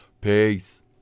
Peace